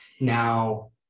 now